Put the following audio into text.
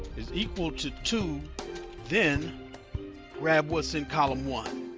is equal to two then grab what's in column one.